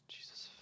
Jesus